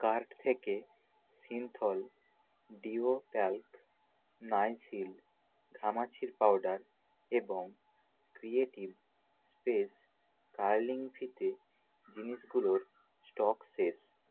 cart থেকে Cinthol deo talc Nycil ঘামাচির powder এবং ক্রিয়েটিভ স্পেস কার্লিং ফিতে জিনিসগুলোর স্টক শেষ